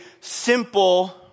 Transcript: simple